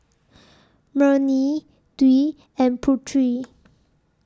Murni Dwi and Putri